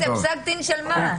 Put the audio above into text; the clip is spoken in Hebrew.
פסק דין של מה?